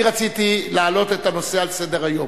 רציתי להעלות את הנושא על סדר-היום.